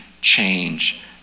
change